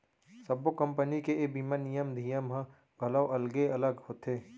सब्बो कंपनी के ए बीमा नियम धियम ह घलौ अलगे अलग होथे